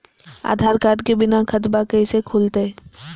आधार card के बिना खाताबा कैसे खुल तय?